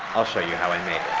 i'll show you how i made